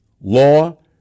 law